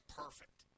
perfect